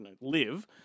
live